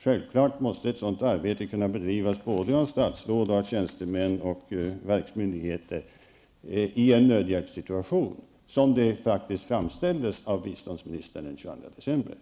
Självfallet måste ett sådant arbete kunna bedrivas av statsråd, tjänstemän och verksmyndigheter i en nödhjälpssituation. Så framställdes faktiskt situationen av biståndsministern den 22 december.